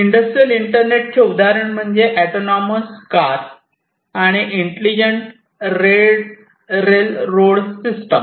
industrial internet चे उदाहरण म्हणजे ऑटोनॉमस कार आणि इंटेलिजंट रेलरोड सिस्टम